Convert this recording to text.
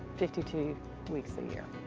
fifty two two weeks a year.